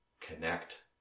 connect